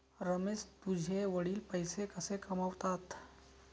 रमेश तुझे वडील पैसे कसे कमावतात?